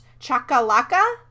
Chakalaka